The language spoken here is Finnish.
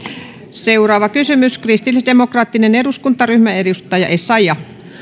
seuraava kysymys kristillisdemokraattinen eduskuntaryhmä edustaja essayah